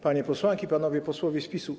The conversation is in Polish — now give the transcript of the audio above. Panie Posłanki i Panowie Posłowie z PIS-u!